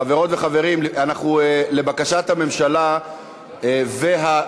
חברות וחברים, לבקשת הממשלה והאופוזיציה,